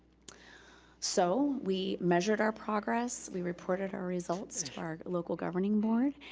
so we measured our progress, we reported our results to our local governing board,